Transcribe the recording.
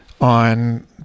on